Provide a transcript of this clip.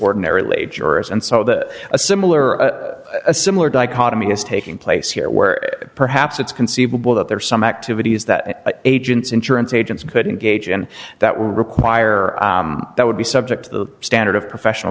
ordinary lay jurors and so that a similar a similar dichotomy is taking place here where perhaps it's conceivable that there are some activities that agents insurance agents could engage in that would require that would be subject to the standard of professional